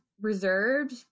reserved